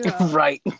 Right